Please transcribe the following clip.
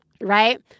Right